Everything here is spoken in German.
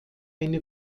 eine